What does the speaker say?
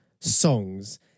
songs